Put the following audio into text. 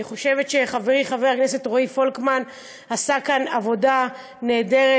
אני חושבת שחברי חבר הכנסת רועי פולקמן עשה כאן עבודה נהדרת.